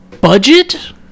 budget